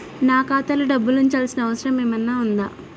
నాకు ఖాతాలో డబ్బులు ఉంచాల్సిన అవసరం ఏమన్నా ఉందా?